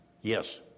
Yes